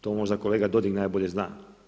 To možda kolega Dodig najbolje zna.